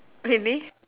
really